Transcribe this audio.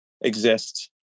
exist